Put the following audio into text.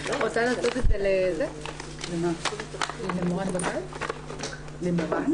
אני רוצה להדגיש ביתר שאת את הנקודה שנטע דיברה